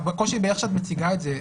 הקושי הוא איך שאת מציגה את זה.